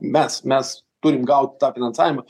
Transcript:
mes mes turim gaut tą finansavimą